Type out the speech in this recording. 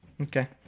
Okay